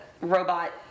robot